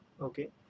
Okay